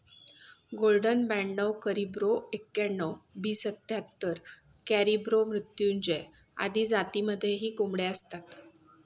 golden ब्याणव करिब्रो एक्याण्णण, B सत्याहत्तर, कॅरिब्रो मृत्युंजय आदी जातींमध्येही कोंबड्या असतात